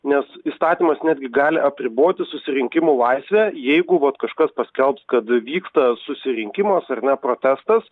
nes įstatymas netgi gali apriboti susirinkimų laisvę jeigu vat kažkas paskelbs kad vyksta susirinkimas ar ne protestas